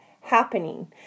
happening